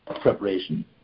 Preparation